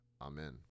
Amen